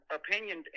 opinion